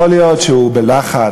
יכול להיות שהוא בלחץ,